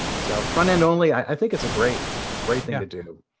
so, front end only, i think it's a great great thing to do.